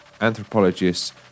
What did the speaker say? anthropologists